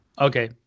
Okay